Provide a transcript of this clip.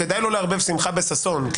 כדאי לא לערבב שמחה בששון.